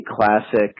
classic